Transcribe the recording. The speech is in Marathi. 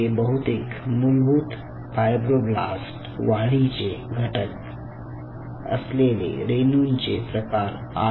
हे बहुतेक मूलभूत फायब्रोब्लास्ट वाढीचे घटक असलेले रेणूचे प्रकार आहेत